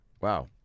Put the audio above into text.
Wow